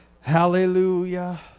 Hallelujah